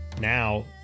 now